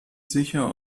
sicher